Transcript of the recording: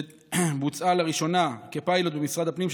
שבוצעה לראשונה כפיילוט במשרד הפנים,